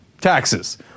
taxes